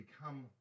become